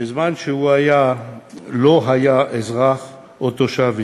בזמן שהוא לא היה אזרח או תושב ישראל,